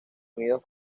unidos